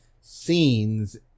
scenes